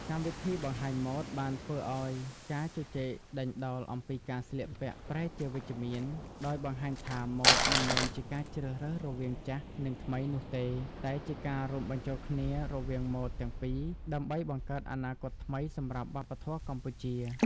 កម្មវិធីបង្ហាញម៉ូដបានធ្វើឱ្យការជជែកដេញដោលអំពីការស្លៀកពាក់ប្រែជាវិជ្ជមាន ដោយបង្ហាញថាម៉ូដមិនមែនជាការជ្រើសរើសរវាង "ចាស់" និង "ថ្មី" នោះទេ តែជាការរួមបញ្ចូលគ្នារវាងម៉ូដទាំងពីរដើម្បីបង្កើតអនាគតថ្មីសម្រាប់វប្បធម៌កម្ពុជា។